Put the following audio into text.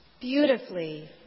beautifully